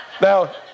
Now